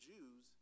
Jews